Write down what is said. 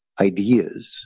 ideas